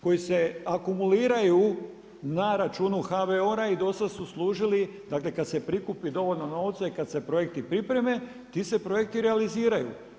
Koji se akumuliraju na računu HVOR-a i do sada su služili, dakle, kad se prikupi dovoljno novca i kad se projekte priprema, ti se projekti realiziraju.